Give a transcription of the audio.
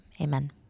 amen